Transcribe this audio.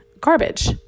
garbage